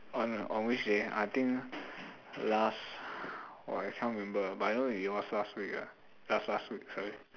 on on which day I think last !wah! I can't remember but I know it was last week ah last last week sorry